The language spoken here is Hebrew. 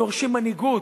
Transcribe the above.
דורשים מנהיגות.